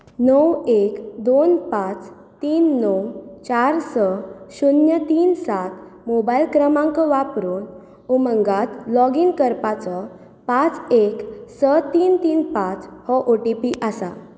णव एक दोन पांच तीन णव चार स शून्य तीन सात मोबायल क्रमांक वापरून उमंगांत लॉगीन करपाचो पांच एक स तीन तीन पांच हो ओ टी पी आसा